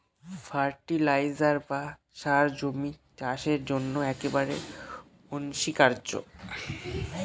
fertiliser বা সার জমির চাষের জন্য একেবারে অনস্বীকার্য